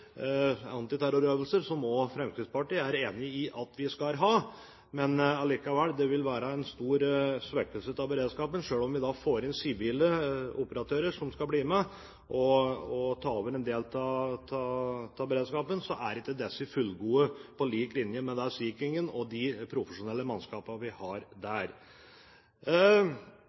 antiterrorøvelser, som også Fremskrittspartiet er enig i at vi skal ha, men allikevel: Det vil være en stor svekkelse av beredskapen. Selv om vi da får inn sivile operatører som skal bli med og ta over en del av beredskapen, er ikke disse fullgode på lik linje med Sea King-en og de profesjonelle mannskapene vi har der.